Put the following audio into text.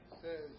says